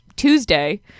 tuesday